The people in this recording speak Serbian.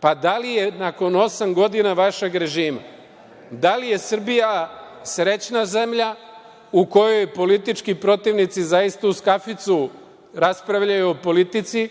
Pa da li je nakon osam godina vašeg režima, da li je Srbija srećna zemlja u kojoj politički protivnici zaista uz kaficu raspravljaju o politici